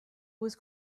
was